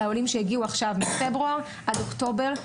העולים שהגיעו עכשיו מפברואר עד אוקטובר.